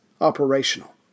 operational